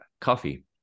coffee